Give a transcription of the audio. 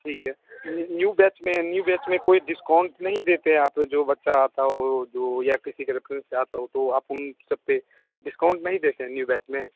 ठीक है new new batch में न्यू बैच में कोई डिस्काउंट नहीं देते आप जो बच्चा आता हो जो या किसी के रेफरेंस से आता हो तो आप उन सब पए डिस्काउंट नहीं देते न्यू बैच में